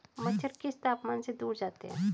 मच्छर किस तापमान से दूर जाते हैं?